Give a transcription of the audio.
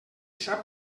sap